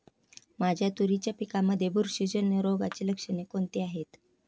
माझ्या तुरीच्या पिकामध्ये बुरशीजन्य रोगाची लक्षणे कोणती आहेत?